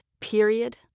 Period